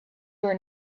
your